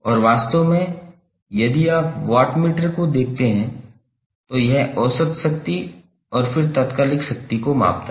और वास्तव में यदि आप वाटमीटर को देखते हैं तो यह औसत शक्ति और फिर तात्कालिक शक्ति को मापता है